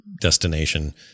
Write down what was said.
destination